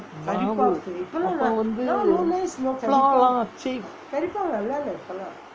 மாவு அப்போ வந்து:maavu appo vanthu flour லாம்:laam cheap